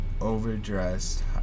overdressed